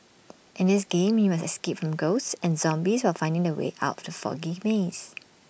in this game you must escape from ghosts and zombies while finding the way out of the foggy maze